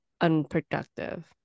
unproductive